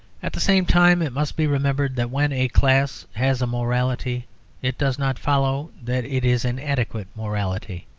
at the same time, it must be remembered that when a class has a morality it does not follow that it is an adequate morality.